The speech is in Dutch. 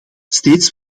steeds